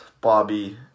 Bobby